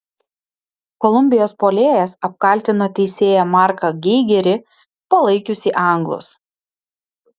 kolumbijos puolėjas apkaltino teisėją marką geigerį palaikiusį anglus